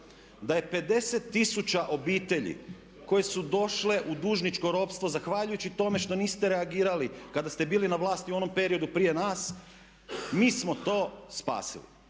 da je 50 tisuća obitelji koje su došle u dužničko ropstvo zahvaljujući tome što niste reagirali kada ste bili na vlasti u onom periodu prije nas. Mi smo to spasili